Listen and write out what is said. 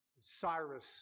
Cyrus